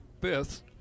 fifth